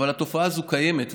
אבל התופעה הזו קיימת,